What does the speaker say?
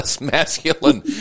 masculine